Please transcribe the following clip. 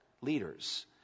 leaders